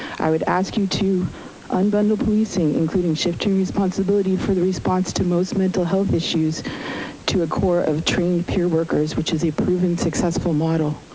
i would ask you to unbundle policing, including shifting responsibility for the response to most mental health issues to a core of trained peer workers which is a proven successful model.